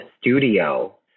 studio